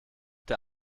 der